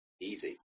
Easy